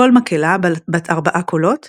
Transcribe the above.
כל מקהלה בת ארבעה קולות